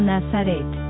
Nazaret